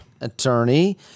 attorney